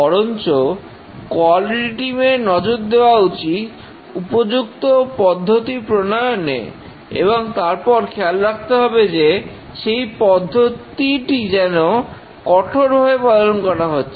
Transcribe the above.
বরঞ্চ quality team এর নজর দেওয়া উচিত উপযুক্ত পদ্ধতি প্রণয়নে এবং তারপর খেয়াল রাখতে হবে যে সেই পদ্ধতিটি যেন কঠোরভাবে পালন করা হচ্ছে